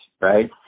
right